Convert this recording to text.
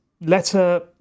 letter